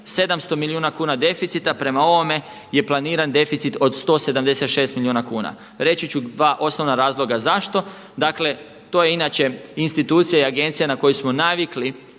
700 milijuna kuna deficita prema ovome je planiran deficit od 176 milijuna kuna. Reći ću dva osnovna razloga zašto. Dakle, to je inače institucija i agencija na koju smo navikli